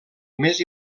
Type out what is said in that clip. més